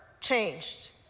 changed